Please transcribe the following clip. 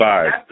Five